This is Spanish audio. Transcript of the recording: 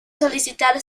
solicitar